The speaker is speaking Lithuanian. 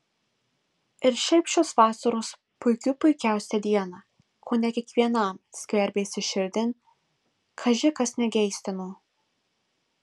ir šiaip šios vasaros puikių puikiausią dieną kone kiekvienam skverbėsi širdin kaži kas negeistino